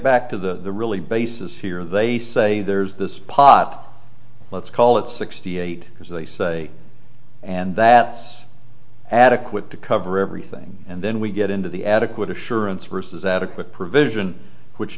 back to the really basis here they say there's this pot let's call it sixty eight as they say and that's adequate to cover everything and then we get into the adequate assurance versus adequate provision which